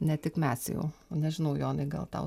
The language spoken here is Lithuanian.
ne tik mes jau nežinau jonai gal tau